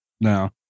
no